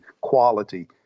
quality